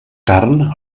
carn